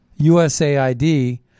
USAID